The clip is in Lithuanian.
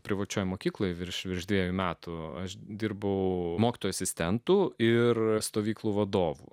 privačioje mokykloje virš virš dviejų metų aš dirbau mokytojų asistentų ir stovyklų vadovų